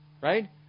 right